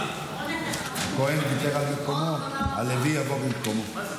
הכוהן ויתר על מקומו, הלוי יבוא במקומו.